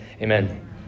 amen